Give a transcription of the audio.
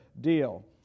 deal